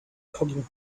cooking